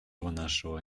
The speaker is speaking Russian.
нашего